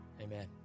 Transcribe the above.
Amen